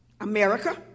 America